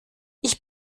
ich